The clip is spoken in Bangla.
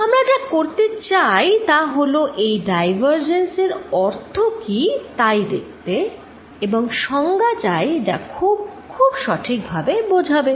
আমরা যা চাই তা হলো এই ডাইভারজেন্স এর অর্থ কি তাই দেখতে এবং সংজ্ঞা চাই যা খুব খুব সঠিক ভাবে বোঝাবে